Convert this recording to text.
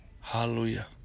Hallelujah